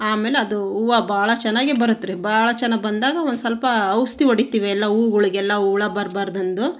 ಆಮೇಲೆ ಅದು ಹೂವು ಭಾಳ ಚೆನ್ನಾಗೆ ಬರುತ್ತೆ ರೀ ಭಾಳ ಚೆನ್ನಾಗ್ ಬಂದಾಗ ಒಂದು ಸ್ವಲ್ಪ ಔಷ್ಧಿ ಹೊಡಿತೀವಿ ಎಲ್ಲ ಹೂವುಗಳ್ಗೆಲ್ಲ ಹುಳು ಬರಬಾರ್ದೆಂದು